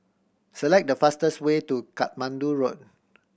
select the fastest way to Katmandu Road